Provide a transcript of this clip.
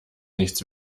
nichts